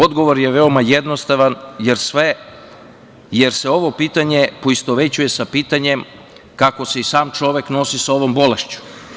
Odgovor je veoma jednostavan, jer se ovo pitanje poistovećuje sa pitanjem kako se i sam čovek nosi sa ovom bolešću.